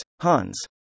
Hans